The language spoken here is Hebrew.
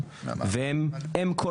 או המשנה שלו,